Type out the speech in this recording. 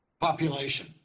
population